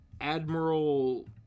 Admiral